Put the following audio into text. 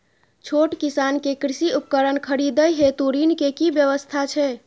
छोट किसान के कृषि उपकरण खरीदय हेतु ऋण के की व्यवस्था छै?